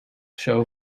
show